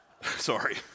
Sorry